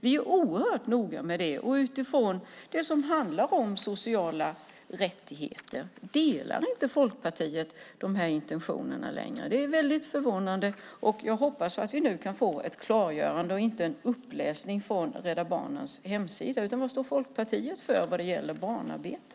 Vi är oerhört noga med det och sådant som handlar om sociala rättigheter. Delar inte Folkpartiet dessa intentioner längre? Det är i så fall mycket förvånande. Jag hoppas att vi nu kan få ett klargörande och inte bara en uppläsning från Rädda Barnens hemsida. Var står Folkpartiet i fråga om barnarbete?